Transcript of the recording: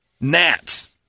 gnats